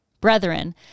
Brethren